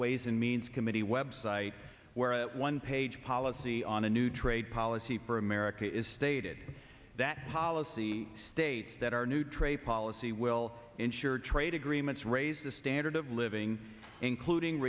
ways and means committee web site where a one page policy on a new trade policy for america is stated that policy states that our new trade policy will ensure trade agreements raise the standard of living including